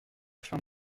fin